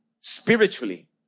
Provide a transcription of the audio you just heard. spiritually